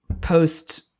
post